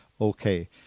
Okay